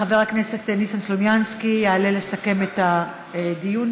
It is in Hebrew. חבר הכנסת ניסן סלומינסקי יעלה לסכם את הדיון.